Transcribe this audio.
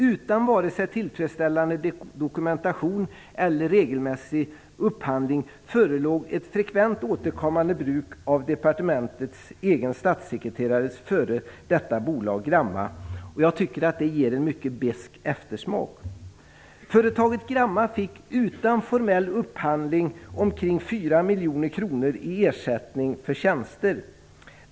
Utan vare sig tillfredsställande dokumentation eller regelmässig upphandling förelåg ett frekvent bruk av Gramma AB, tidigare ägt av departementets egen statssekreterare. Jag tycker att detta ger en mycket besk eftersmak. Företaget Gramma AB fick utan formell upphandling omkring 4 miljoner kronor i ersättning för tjänster.